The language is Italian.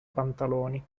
pantaloni